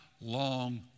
long